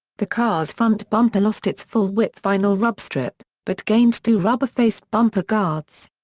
the car's front bumper lost its full-width vinyl rub strip, but gained two rubber-faced bumper guards.